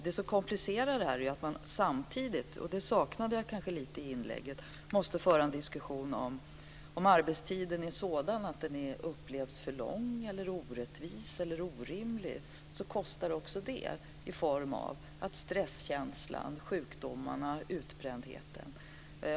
Det som komplicerar detta är att man samtidigt, och det saknade jag lite i inlägget, måste föra en diskussion om huruvida arbetstiden är sådan att den upplevs som för lång, orättvis eller orimlig. I så fall kostar nämligen också det i form av stresskänsla, sjukdomar och utbrändhet.